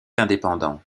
indépendants